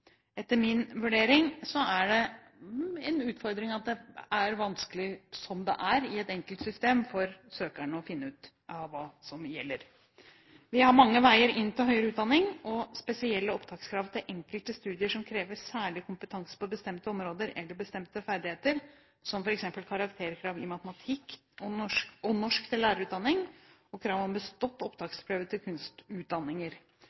Etter min vurdering er det vanskelig nok som det er i et enkelt system for søkerne å finne ut av hva som gjelder. Vi har mange veier inn til høyere utdanning og spesielle opptakskrav til enkelte studier som krever særlig kompetanse eller bestemte ferdigheter på bestemte områder, som f.eks. karakterer i matematikk og norsk til lærerutdanning og krav om